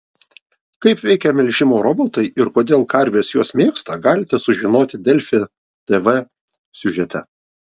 kaip veikia melžimo robotai ir kodėl karves juos mėgsta galite sužinoti delfi tv siužete